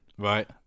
Right